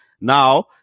Now